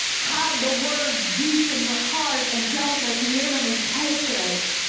hide the word deep in your heart, and don't' let the enemy take it.